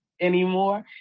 anymore